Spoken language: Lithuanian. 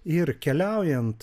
ir keliaujant